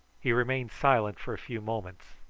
he remained silent for a few moments,